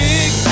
Big